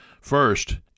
First